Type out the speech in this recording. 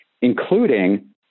including